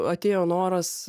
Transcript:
atėjo noras